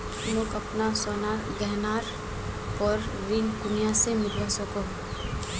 मोक अपना सोनार गहनार पोर ऋण कुनियाँ से मिलवा सको हो?